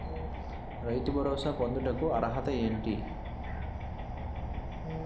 రైతు భరోసా పొందుటకు అర్హత ఏంటి?